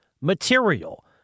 material